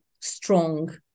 strong